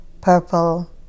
purple